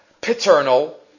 paternal